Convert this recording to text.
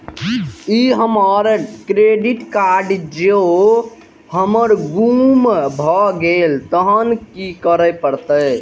ई हमर credit card जौं हमर गुम भ गेल तहन की करे परतै?